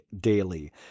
daily